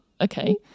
okay